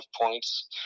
points